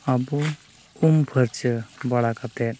ᱟᱵᱚ ᱩᱢᱯᱷᱟᱹᱨᱪᱟᱹ ᱵᱟᱲᱟ ᱠᱟᱛᱮᱫ